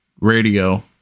Radio